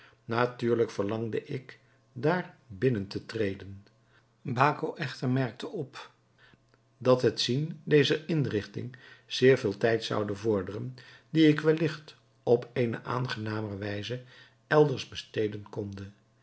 natuurlijk verlangde ik daar binnen te treden baco echter merkte op dat het zien dezer inrichting zeer veel tijd zoude vorderen die ik wellicht op eene aangenamer wijze elders besteden konde